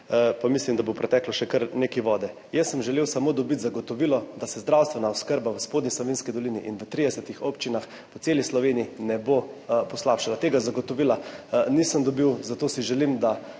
pa mislim, da bo preteklo še kar nekaj vode. Jaz sem samo želel dobiti zagotovilo, da se zdravstvena oskrba v Spodnji Savinjski dolini in v 30 občinah po celi Sloveniji ne bo poslabšala. Tega zagotovila nisem dobil, zato si želim, da